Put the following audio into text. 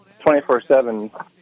24-7